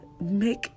make